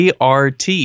ART